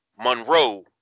Monroe